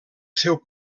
seu